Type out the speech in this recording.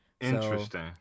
Interesting